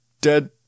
dead